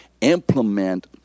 implement